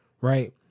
Right